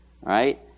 right